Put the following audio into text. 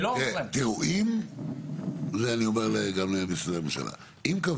אם השיטה היא שיטה